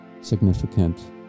significant